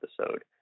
episode